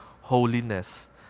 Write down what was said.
holiness